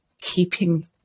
keeping